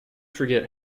forget